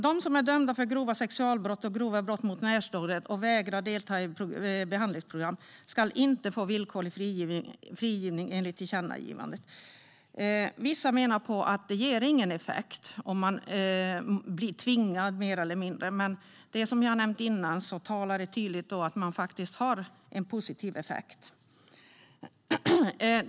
De som är dömda för grova sexualbrott och grova brott mot närstående och vägrar att delta i behandlingsprogram ska inte få villkorlig frigivning, enligt tillkännagivandet. Vissa menar att det inte ger någon effekt om man blir mer eller mindre tvingad. Men som jag sagt tidigare talar det tydligt för att det faktiskt har en positiv effekt.